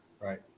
Right